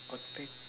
I'd pick